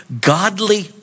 Godly